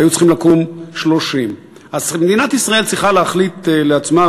והיו צריכים לקום 30. מדינת ישראל צריכה להחליט לעצמה,